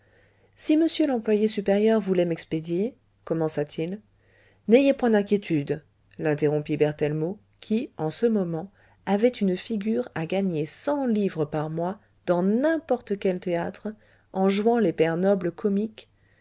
si monsieur l'employé supérieur voulait m'expédier commença-t-il n'ayez point d'inquiétude l'interrompit berthellemot qui en ce moment avait une figure à gagner cent livres par mois dans n'importe quel théâtre en jouant les pères nobles comiques